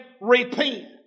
repent